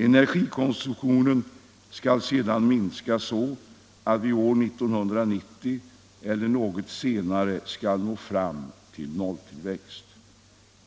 Energikonsumtionen skall sedan minska så att vi år 1990 eller något senare skall nå fram till nolltillväxt.